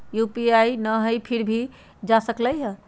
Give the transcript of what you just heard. UPI न हई फिर भी जा सकलई ह?